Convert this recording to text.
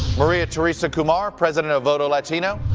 maria teresa kumar, president of voto latino,